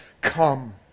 come